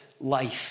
life